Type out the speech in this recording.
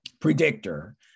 predictor